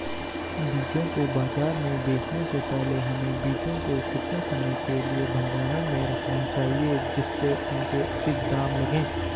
बीजों को बाज़ार में बेचने से पहले हमें बीजों को कितने समय के लिए भंडारण में रखना चाहिए जिससे उसके उचित दाम लगें?